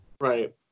Right